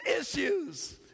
issues